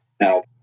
Now